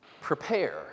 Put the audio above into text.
prepare